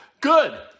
Good